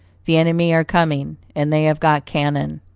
the enemy are coming, and they have got cannon.